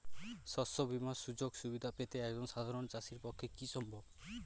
শস্য বীমার সুযোগ সুবিধা পেতে একজন সাধারন চাষির পক্ষে কি সম্ভব?